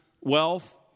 wealth